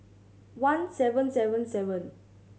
one seven seven seven